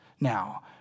now